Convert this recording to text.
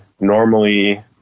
normally